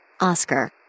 Oscar